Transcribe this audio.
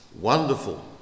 Wonderful